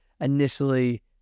initially